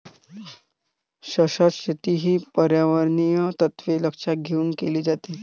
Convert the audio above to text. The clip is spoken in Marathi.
शाश्वत शेती ही पर्यावरणीय तत्त्वे लक्षात घेऊन केली जाते